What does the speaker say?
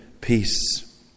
peace